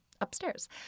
upstairs